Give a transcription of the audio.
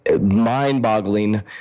mind-boggling